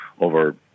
over